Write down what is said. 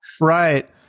Right